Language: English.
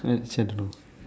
uh actually I don't know